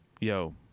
Yo